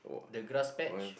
the grass patch